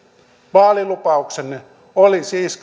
vaalilupauksenne oli siis